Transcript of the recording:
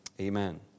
amen